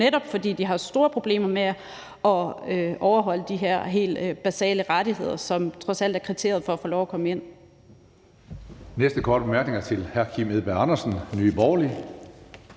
netop fordi de har store problemer med at overholde de her helt basale rettigheder, som trods alt er kriteriet for at få lov at komme ind.